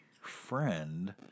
friend